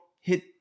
hit